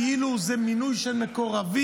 כאילו זה מינוי של מקורבים,